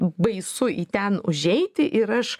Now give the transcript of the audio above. baisu į ten užeiti ir aš